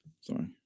Sorry